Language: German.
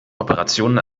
operationen